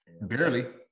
Barely